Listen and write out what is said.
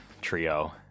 trio